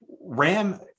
Ram